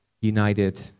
united